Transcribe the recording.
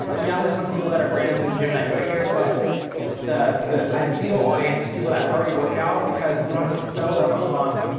yeah there's some people that are brand new to the gym that go here, but the ideal audience is people that already work out, because we don't have to sell them on,